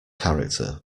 character